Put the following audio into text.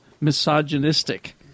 misogynistic